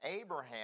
Abraham